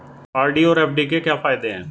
RD और FD के क्या फायदे हैं?